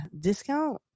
discount